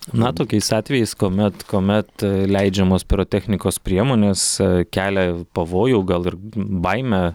na tokiais atvejais kuomet kuomet leidžiamos pirotechnikos priemonės kelia pavojų gal ir baimę